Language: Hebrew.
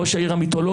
ראש העיר המיתולוגי,